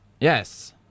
Yes